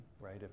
right